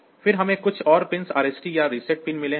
फिर हमें कुछ और पिन RST या रिसेट पिन मिले हैं